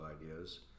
ideas